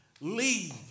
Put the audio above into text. leave